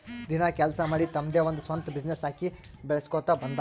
ದಿನ ಕೆಲ್ಸಾ ಮಾಡಿ ತಮ್ದೆ ಒಂದ್ ಸ್ವಂತ ಬಿಸಿನ್ನೆಸ್ ಹಾಕಿ ಬೆಳುಸ್ಕೋತಾ ಬಂದಾರ್